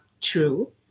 True